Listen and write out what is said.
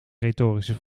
retorische